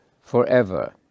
Forever